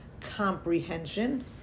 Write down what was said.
comprehension